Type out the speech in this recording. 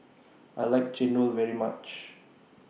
I like Chendol very much